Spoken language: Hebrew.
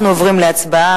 אנחנו עוברים להצבעה.